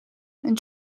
and